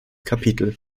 kapitel